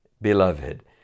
beloved